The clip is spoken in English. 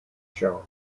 show